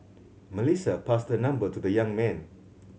Melissa passed her number to the young man